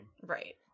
Right